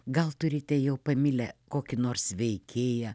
gal turite jau pamilę kokį nors veikėją